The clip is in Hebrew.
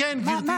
כן, כן, גבירתי.